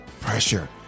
pressure